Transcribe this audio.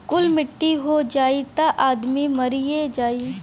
कुल मट्टी हो जाई त आदमी मरिए जाई